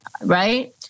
right